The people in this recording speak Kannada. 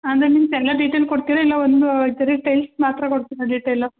ಅಂದರೆ ಮೀನ್ಸ್ ಎಲ್ಲ ಡೀಟೇಲ್ ಕೊಡ್ತೀರಾ ಇಲ್ಲ ಒಂದು ಬರಿ ಟೈಲ್ಸ್ ಮಾತ್ರ ಕೊಡ್ತೀರಾ ಡೀಟೇಲು